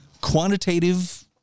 quantitative